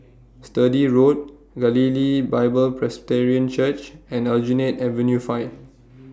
Sturdee Road Galilee Bible Presbyterian Church and Aljunied Avenue five